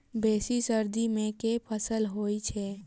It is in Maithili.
बेसी सर्दी मे केँ फसल होइ छै?